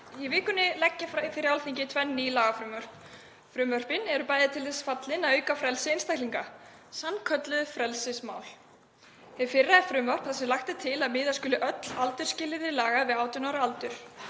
Í vikunni legg ég fyrir Alþingi tvö ný lagafrumvörp. Frumvörpin eru bæði til þess fallin að auka frelsi einstaklinga, sannkölluð frelsismál. Hið fyrra er frumvarp þar sem lagt er til að miða skuli öll aldursskilyrði laga við 18 ára aldur.